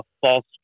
false